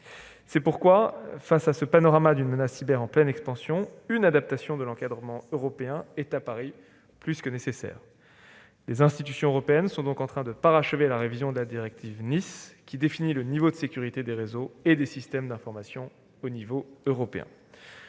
C'est pourquoi, face à ce panorama d'une menace cyber en pleine expansion, une adaptation de l'encadrement européen est apparue plus que nécessaire. Les institutions européennes sont donc en train de parachever la révision de la directive NIS, qui définit le niveau de sécurité des réseaux et des systèmes d'information au niveau européen.